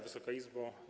Wysoka Izbo!